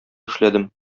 эшләдем